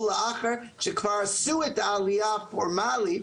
לאחר שכבר עשו את העלייה הפורמלית,